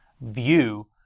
view